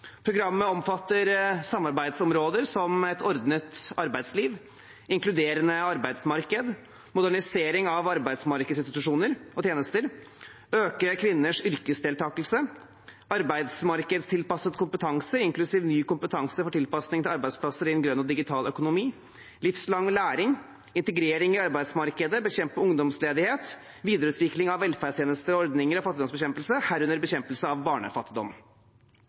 Programmet omfatter samarbeidsområder som et ordnet arbeidsliv, inkluderende arbeidsmarked, modernisering av arbeidsmarkedsinstitusjoner og -tjenester, øke kvinners yrkesdeltakelse, arbeidsmarkedstilpasset kompetanse, inklusiv ny kompetanse for tilpasning til arbeidsplasser i en grønn og digital økonomi, livslang læring, integrering i arbeidsmarkedet, bekjempe ungdomsledighet, videreutvikling av velferdstjenester og